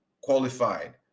qualified